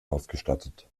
ausgestattet